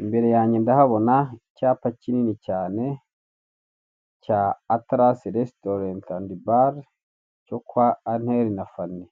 Imbere yange ndahabona icyapa kinini cyane cya Atarasi resitorenti andi bare, cyo kwa Antheli na Fanny.